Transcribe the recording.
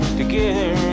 together